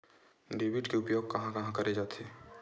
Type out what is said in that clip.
Debit के उपयोग कहां कहा करे जाथे?